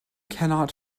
cannot